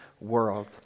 world